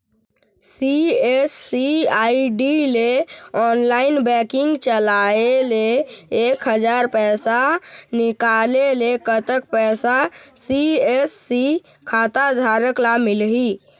CSC ID ले online banking चलाए ले एक हजार पैसा निकाले ले कतक पैसा सी.एस.सी खाता धारक ला मिलही?